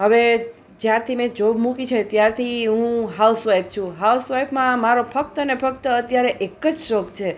હવે જ્યારથી મેં જોબ મૂકી છે ત્યારથી હું હાઉસ વાઈફ છું હાઉસ વાઈફમાં મારો ફક્ત અને ફક્ત અત્યારે એક જ શોખ છે